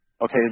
okay